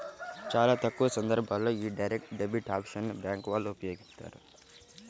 చాలా తక్కువ సందర్భాల్లోనే యీ డైరెక్ట్ డెబిట్ ఆప్షన్ ని బ్యేంకు వాళ్ళు ఉపయోగిత్తారు